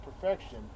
perfection